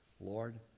lord